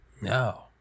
No